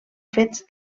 fets